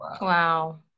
Wow